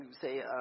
say